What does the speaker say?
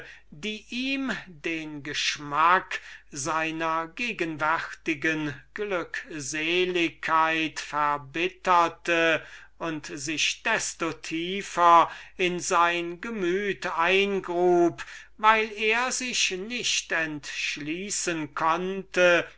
die ihm den geschmack seiner gegenwärtigen glückseligkeit verbitterte und sich nur desto tiefer in sein gemüt eingrub weil er sich nicht entschließen konnte